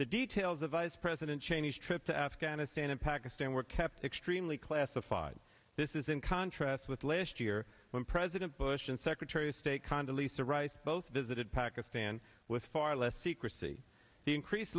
the details of vice president cheney's trip to afghanistan and pakistan were kept extremely classified this is in contrast with last year when president bush and secretary of state condi leesa rice both visited pakistan with far less secrecy the increase